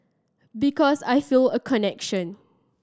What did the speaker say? because I feel a connection